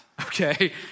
okay